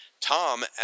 Tom